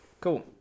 Cool